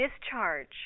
discharge